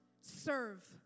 serve